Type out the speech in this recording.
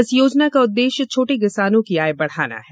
इस योजना का उद्देश्य छोटे किसानों की आय बढाना है